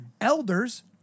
Elders